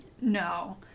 No